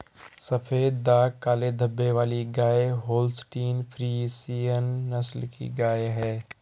सफेद दाग काले धब्बे वाली गाय होल्सटीन फ्रिसियन नस्ल की गाय हैं